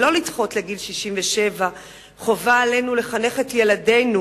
ולא לדחות לגיל 67. חובה עלינו לחנך את ילדינו